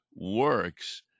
works